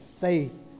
faith